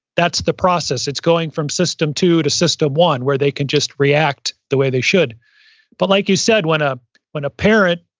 that's the process. it's going from system two to system one, where they can just react the way they should but like you said, when ah when a parent,